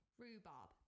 Rhubarb